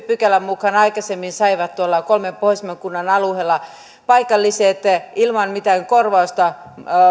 pykälän mukaan aikaisemmin saivat tuolla kolmen pohjoisimman kunnan alueella paikalliset ilman mitään korvausta